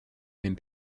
même